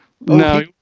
No